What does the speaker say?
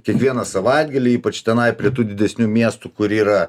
kiekvieną savaitgalį ypač tenai prie tų didesnių miestų kur yra